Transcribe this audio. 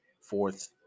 fourth